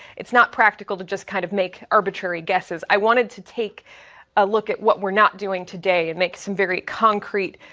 it's not practical to just kind of make arbitrary guesses. i wanted to take a look at what we're not doing today and make some very concrete,